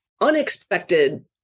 unexpected